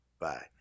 Bye